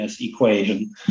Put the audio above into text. equation